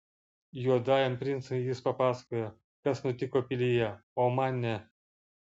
juodajam princui jis pasakojo kas nutiko pilyje o man ne